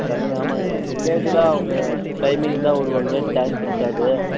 தண்ணி ஆமாங்க வில்லேஜ்ஜில் அவங்க டைமிங் தான் விடுவாங்க டாங்க் இருக்காது